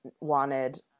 wanted